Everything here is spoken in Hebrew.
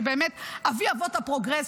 באמת אבי אבות הפרוגרס,